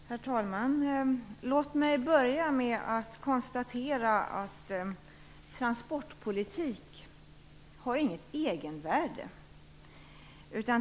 Herr talman! Låt mig börja med att konstatera att transportpolitik inte har något egenvärde.